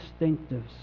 distinctives